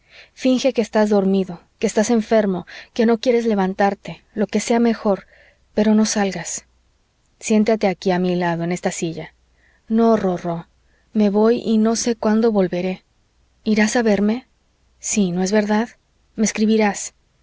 finge que estás dormido que estás enfermo que no quieres levantarte lo que sea mejor pero no salgas siéntate aquí a mi lado en esta silla no rorró me voy y no sé cuándo volveré irás a verme sí no es verdad me escribirás